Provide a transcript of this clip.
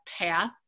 path